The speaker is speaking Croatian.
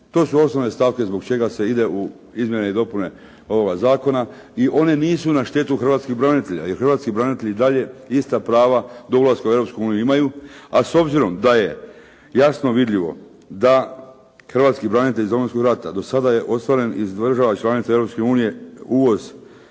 To su osnovne stavke zbog čega se ide u izmjene i dopune ovoga zakona i one nisu na štetu hrvatskih branitelja jer hrvatski branitelji i dalje ista prava do ulaska u Europsku uniju imaju, a s obzirom da je jasno vidljivo da hrvatski branitelji iz Domovinskog rata, do sade je ostvaren iz država članica Europske